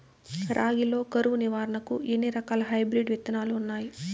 రాగి లో కరువు నివారణకు ఎన్ని రకాల హైబ్రిడ్ విత్తనాలు ఉన్నాయి